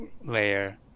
layer